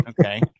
okay